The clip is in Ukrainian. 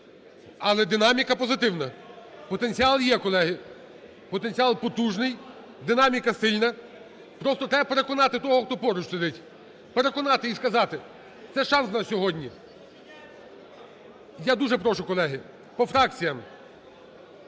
Але динаміка позитивна. Потенціал є, колеги. Потенціал потужний, динаміка сильна. Просто треба переконати того, хто поруч сидить. Переконати і сказати, це шанс на сьогодні. І я дуже прошу, колеги. По фракціям.